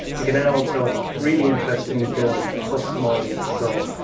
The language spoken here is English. you can and also, really interestingly, build a custom audience. so,